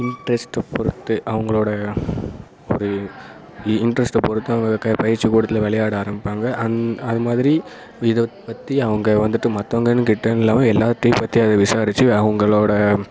இன்ட்ரஸ்ட்டை பொருத்து அவங்களோட ஒரு இன்ட்ரஸ்ட்டை பொருத்து அவங்க பயிற்சிக்கூடத்தில் விளையாட ஆரம்பிப்பாங்க அந்த அதுமாதிரி இதைப்பத்தி அவங்க வந்துட்டு மத்தவங்கனுக்கிட்டேனு இல்லாமல் எல்லாத்தையும் பற்றி அதை விசாரிச்சு அவங்களோட